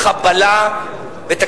מה, זה הסיכום.